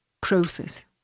process